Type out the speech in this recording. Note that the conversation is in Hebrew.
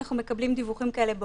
אנחנו מקבלים דיווחים כאלה,